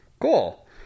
Cool